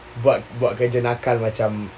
buat buat kerja nakal macam